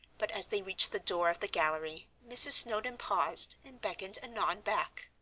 but as they reached the door of the gallery mrs. snowdon paused and beckoned annon back.